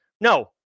No